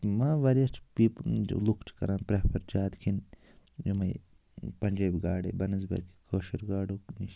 ما واریاہ چھِ پی لوٗکھ چھِ کران پرٛیٚفَر زیادٕ کھیٚنۍ یِمٔے پنٛجٲبی گاڑٕ بہ نَسبتہ کٲشِر گاڑُو نِش